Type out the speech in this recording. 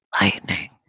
Lightning